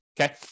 Okay